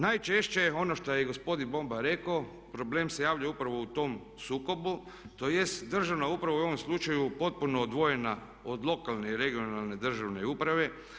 Najčešće je ono što je gospodin Boban rekao problem se javlja upravo u tom sukobu, tj. državna uprava je u ovom slučaju potpuno odvojena od lokalne i regionalne državne uprave.